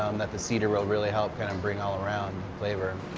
um that the cedar will really help kind of bring all around.